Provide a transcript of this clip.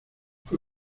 fue